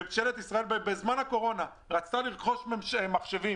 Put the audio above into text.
ממשלת ישראל בזמן הקורונה רצתה לרכוש מחשבים